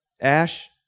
ash